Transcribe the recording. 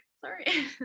sorry